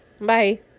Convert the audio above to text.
Bye